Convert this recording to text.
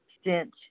stench